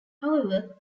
however